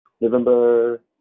November